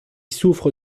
souffre